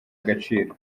agaciro